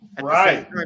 Right